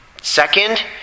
Second